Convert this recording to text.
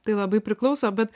tai labai priklauso bet